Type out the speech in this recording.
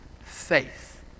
faith